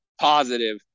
positive